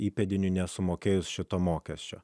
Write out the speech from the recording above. įpėdiniui nesumokėjus šito mokesčio